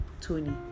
tony